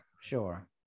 sure